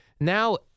Now